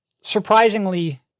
surprisingly